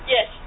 Yes